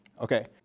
Okay